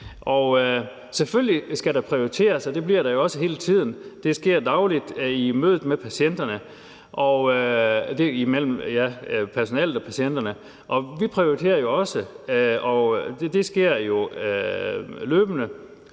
Selvfølgelig skal der prioriteres, det bliver der også hele tiden, det sker dagligt i mødet med patienterne, altså mellem personalet og patienterne,